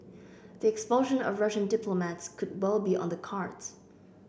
the expulsion of Russian diplomats could well be on the cards